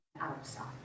outside